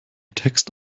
text